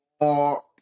more